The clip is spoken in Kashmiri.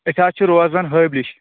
أسۍ حظ چھِ روزَان ہٲبلِش